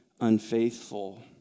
unfaithful